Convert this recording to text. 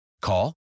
Call